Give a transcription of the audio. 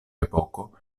epoko